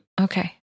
Okay